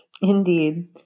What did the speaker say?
Indeed